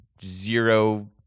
zero